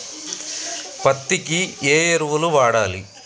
పత్తి కి ఏ ఎరువులు వాడాలి?